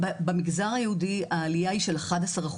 במגזר היהודי העלייה היא של 11%,